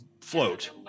float